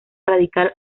radical